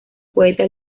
poeta